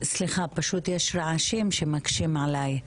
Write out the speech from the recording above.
סליחה, יש פשוט רעשים שמקשים עליי.